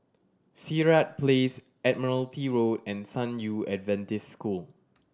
Sirat Place Admiralty Road and San Yu Adventist School